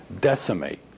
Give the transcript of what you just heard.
decimate